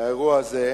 מהאירוע הזה,